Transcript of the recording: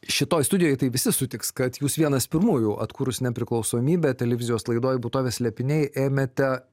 šitoj studijoj tai visi sutiks kad jūs vienas pirmųjų atkūrus nepriklausomybę televizijos laidoje būtovės slėpiniai ėmėte